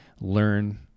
learn